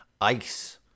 ICE